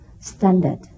standard